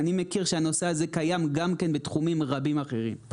אני מכיר שהנושא הזה קיים גם כן בתחומים רבים אחרים.